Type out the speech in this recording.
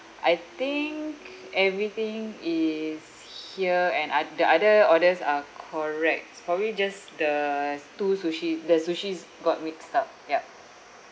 I think everything is here and ot~ the other orders are correct it's probably just the two sushi the sushis got mixed up yup